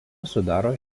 sudaro